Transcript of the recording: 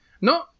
No